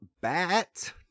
bat